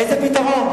איזה פתרון?